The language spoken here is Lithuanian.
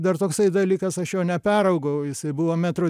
dar toksai dalykas aš jo neperaugau jisai buvo metro